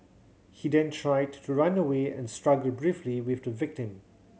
he then tried to run away and struggled briefly with the victim